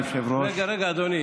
אדוני היושב-ראש, רגע, רגע, אדוני.